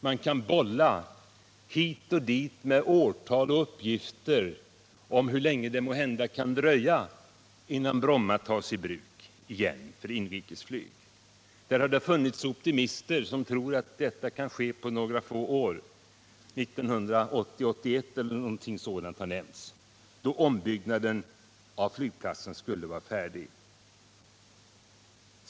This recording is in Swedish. Man kan bolla hit och dit med årtal och uppgifter om hur länge det kan dröja innan Bromma tas i bruk igen för inrikesflyg. Här har det funnits optimister som trott att detta kan ske om några få år — 1980 eller 1981 har nämnts — då ombyggnaden av flygplatsen skulle vara färdig.